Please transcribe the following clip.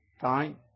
time